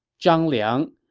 zhang liang,